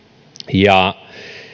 ja